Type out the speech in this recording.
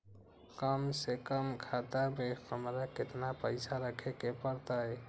कम से कम खाता में हमरा कितना पैसा रखे के परतई?